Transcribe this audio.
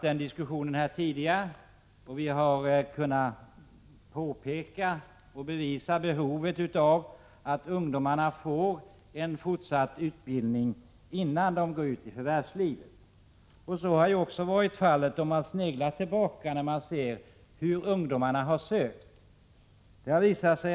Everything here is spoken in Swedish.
Den diskussionen har vi haft tidigare, och vi har då kunnat påvisa behovet av att ungdomarna får en fortsatt utbildning innan de går ut i förvärvslivet. Så har ju också varit fallet, om man sneglar tillbaka och ser hur ungdomarna har sökt.